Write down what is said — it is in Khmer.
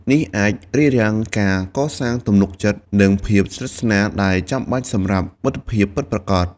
នេះអាចរារាំងការកសាងទំនុកចិត្ត និងភាពស្និទ្ធស្នាលដែលចាំបាច់សម្រាប់មិត្តភាពពិតប្រាកដ។